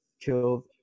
killed